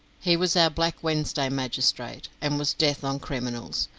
he was our black wednesday magistrate, and was death on criminals.